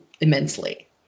immensely